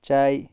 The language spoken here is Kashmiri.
چاے